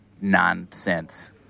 nonsense